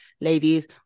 ladies